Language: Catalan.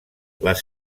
les